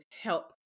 help